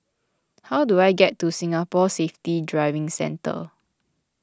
how do I get to Singapore Safety Driving Centre